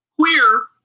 queer